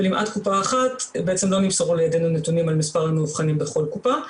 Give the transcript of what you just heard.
ולמעט קופה אחת לא נמסרו לידינו נתונים על מספר המאובחנים בכל קופה.